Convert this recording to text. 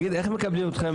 איך מקבלים אתכם